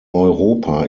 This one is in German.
europa